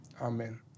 Amen